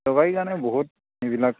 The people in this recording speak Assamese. চৰকাৰী কাৰণে বহুত এইবিলাক